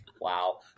Wow